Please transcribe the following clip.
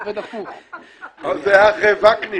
עוד זה היה אחרי וקנין.